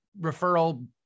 referral